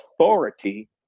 authority